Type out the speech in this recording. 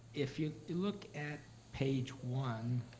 if you look at page one,